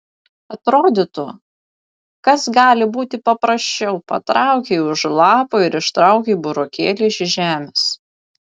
atrodytų kas gali būti paprasčiau patraukei už lapų ir ištraukei burokėlį iš žemės